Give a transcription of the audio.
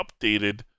updated